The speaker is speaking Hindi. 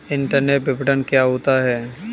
इंटरनेट विपणन क्या होता है?